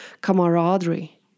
camaraderie